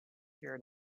here